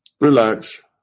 relax